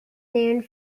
named